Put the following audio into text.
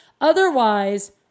Otherwise